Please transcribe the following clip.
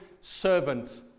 servant